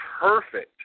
perfect